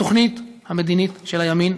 התוכנית המדינית של הימין,